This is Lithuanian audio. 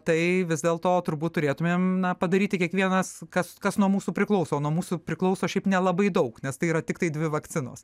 tai vis dėl to turbūt turėtumėm na padaryti kiekvienas kas kas nuo mūsų priklauso nuo mūsų priklauso šiaip nelabai daug nes tai yra tiktai dvi vakcinos